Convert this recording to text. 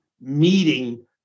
meeting